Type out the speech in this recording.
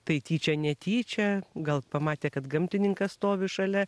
tai tyčia netyčia gal pamatė kad gamtininkas stovi šalia